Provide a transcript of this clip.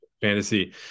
fantasy